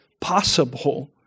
possible